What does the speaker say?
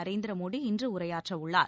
நரேந்திர மோடி இன்று உரையாற்றவுள்ளார்